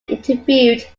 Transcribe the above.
interviewed